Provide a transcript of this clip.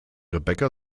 rebecca